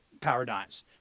paradigms